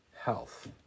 health